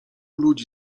ludzi